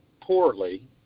poorly